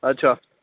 अच्छा